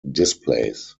displays